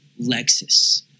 Lexus